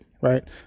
Right